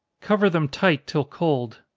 cover them tight till cold.